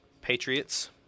Patriots